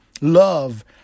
Love